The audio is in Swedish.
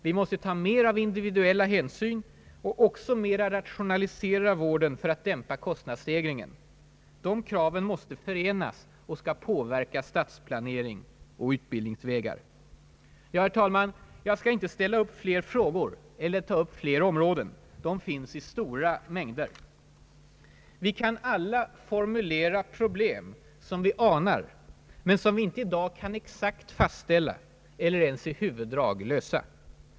Vi måste ta mer av individuella hänsyn men också mer än nu rationalisera vården för att dämpa kostnadsstegringen — de kraven måste förenas och påverka t.ex. stadsplanering och utbildningsvägar. Herr talman! Jag skall inte ställa upp fler frågor eller fler områden; de finns i stora mängder. Vi kan alla formulera problem som vi anar men som vi i dag inte kan exakt fastställa eller ens i huvudddrag lösa.